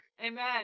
Amen